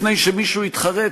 לפני שמישהו יתחרט,